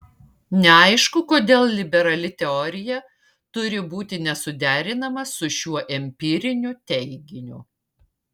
neaišku kodėl liberali teorija turi būti nesuderinama su šiuo empiriniu teiginiu